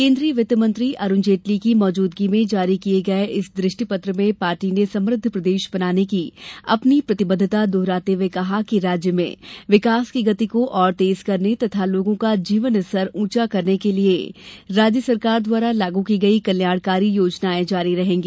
केन्द्रीय वित्त मंत्री अरुण जेटली की मौज़दगी में जारी किये गये इस दृष्टिपत्र में पार्टी ने समृद्ध प्रदेश बनाने की अपनी प्रतिबद्धता दोहराते हुए कहा कि राज्य में विकास की गति को और तेज करने तथा लोगों का जीवनस्तर ऊॅचा करने के लिए राज्य सरकार द्वारा लाग की गई कल्याणकारी योजनायें जारी रहेंगी